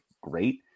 great